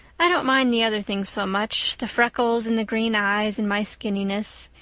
i don't mind the other things so much the freckles and the green eyes and my skinniness.